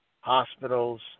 hospitals